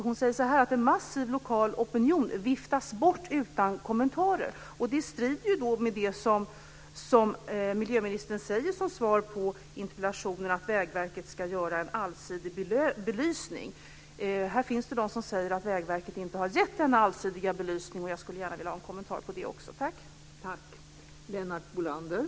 Hon säger att en massiv lokal opinion viftas bort utan kommentarer. Detta strider mot det som statsrådet säger i interpellationen, nämligen att Vägverket ska göra en allsidig belysning. Det finns personer som säger att Vägverket inte har gett denna allsidiga belysning, och jag skulle gärna vilja ha en kommentar till det.